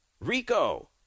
Rico